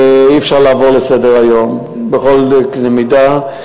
ואי-אפשר לעבור עליו לסדר היום בכל קנה מידה.